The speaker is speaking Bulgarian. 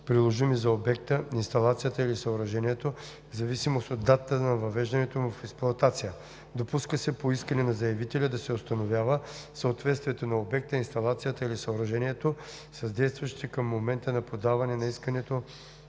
приложими за обекта, инсталацията или съоръжението, в зависимост от датата на въвеждането му в експлоатация; допуска се по искане на заявителя да се установява съответствието на обекта, инсталацията или съоръжението с действащите към момента на подаване на искането